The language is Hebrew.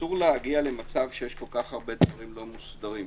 אסור להגיע למצב שיש כל כך הרבה דברים לא מוסדרים.